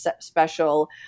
special